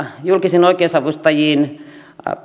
julkisiin oikeusavustajiin